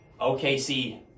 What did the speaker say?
OKC